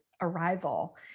arrival